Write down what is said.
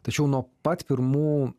tačiau nuo pat pirmų